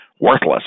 Worthless